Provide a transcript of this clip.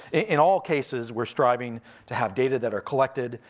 in all cases, we're striving to have data that are collected,